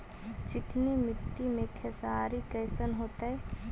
चिकनकी मट्टी मे खेसारी कैसन होतै?